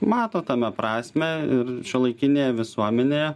mato tame prasmę ir šiuolaikinėje visuomenėje